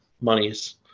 monies